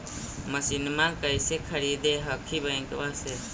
मसिनमा कैसे खरीदे हखिन बैंकबा से?